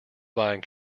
buying